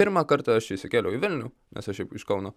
pirmą kartą aš įsikėliau į vilnių nes aš šiaip iš kauno